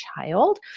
child